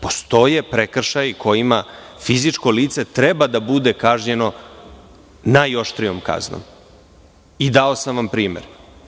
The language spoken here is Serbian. Postoje prekršaji kojima fizičko lice treba da bude kažnjeno najoštrijom kaznom i dao sam vam primer.